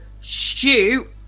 shoot